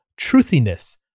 truthiness